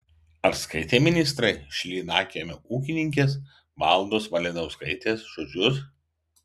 ar skaitė ministrai šlynakiemio ūkininkės valdos malinauskaitės žodžius